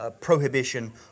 prohibition